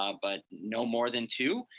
um but no more than two.